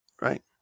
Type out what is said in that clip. Right